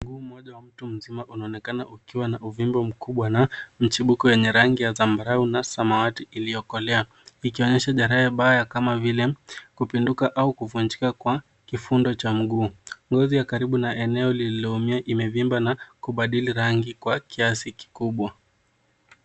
Mguu mmoja wa mtu mzima unaonekana ukiwa na uvimbe mkubwa na michubuko yenye ragi ya zambarau na samawati iliokolea, ikionyesha jeraha mbaya kama vile kupinduka au kuvunjika kwa kifundo cha mguu. Ngozi ya karibu ya eneo lililoumia imevimba na kubadili rangi kwa kiasi kikubwa.